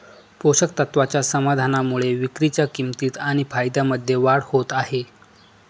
पोषक तत्वाच्या समाधानामुळे विक्रीच्या किंमतीत आणि फायद्यामध्ये वाढ होत आहे